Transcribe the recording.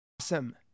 Awesome